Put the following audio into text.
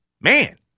man